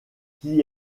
qui